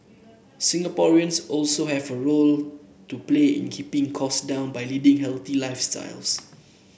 Singaporeans also have a role to play in keeping cost down by leading healthy lifestyles